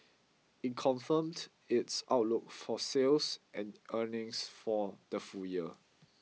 it confirmed its outlook for sales and earnings for the full year